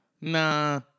nah